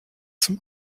zum